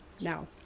Now